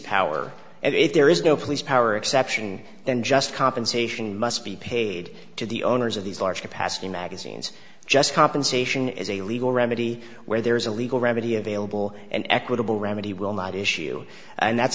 and if there is no police power exception then just compensation must be paid to the owners of these large capacity magazines just compensation is a legal remedy where there is a legal remedy available and equitable remedy will not issue and that's